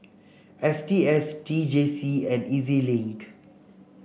S T S T J C and E Z Link